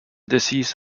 disease